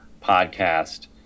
podcast